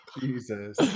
Jesus